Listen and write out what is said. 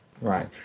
Right